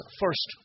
first